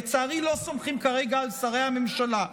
לצערי לא סומכים כרגע על שרי הממשלה.